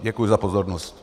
Děkuji za pozornost.